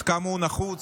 עד כמה הוא נחוץ,